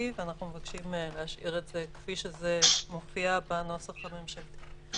ואנחנו מבקשים להשאיר את זה כפי שזה מופיע בנוסח הממשלתי.